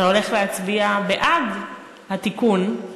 אתה הולך להצביע בעד התיקון,